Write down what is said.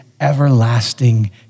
everlasting